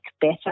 better